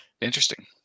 Interesting